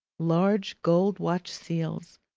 large gold watch seals,